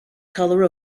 color